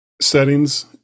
Settings